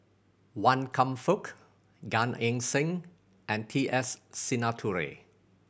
Wan Kam Fook Gan Eng Seng and T S Sinnathuray